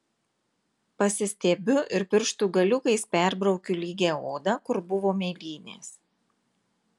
pasistiebiu ir pirštų galiukais perbraukiu lygią odą kur buvo mėlynės